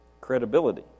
credibility